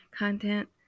content